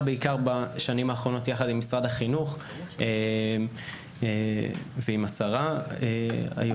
בשנים האחרונות יחד עם משרד החינוך ועם השרה היוצאת.